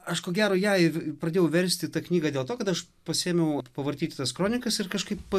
aš ko gero ją ir pradėjau versti tą knygą dėl to kad aš pasiėmiau pavartyti tas kronikas ir kažkaip